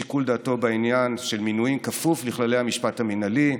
שיקול דעתו בעניין של מינויים כפוף לכללי המשפט המינהלי.